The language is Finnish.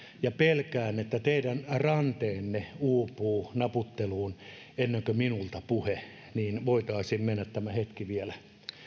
ja pelkään että teidän ranteenne uupuu naputteluun ennen kuin minulta puhe niin voitaisiin mennä hetki vielä